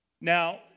Now